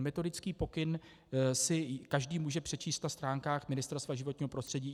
Metodický pokyn si každý může přečíst na stránkách Ministerstva životního prostředí.